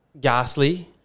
Gasly